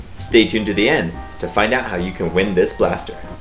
stay tuned to the end to find out how you can win this blaster!